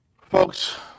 Folks